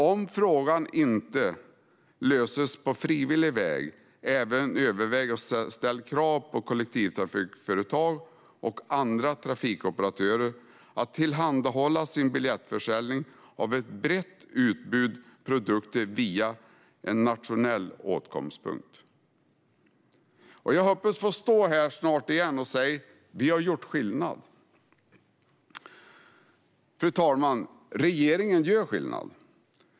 Om frågan inte löses på frivillig väg ska man även överväga att ställa krav på kollektivtrafikföretag och andra trafikoperatörer att tillhandahålla sin biljettförsäljning av ett brett utbud produkter via en nationell åtkomstpunkt. Jag hoppas få stå här snart igen och säga: Vi har gjort skillnad. Fru talman! Regeringen gör skillnad.